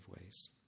ways